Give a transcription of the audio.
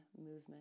movement